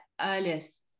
earliest